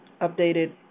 updated